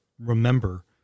remember